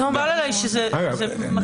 מקובל עליי שזה מקשה,